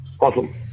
Awesome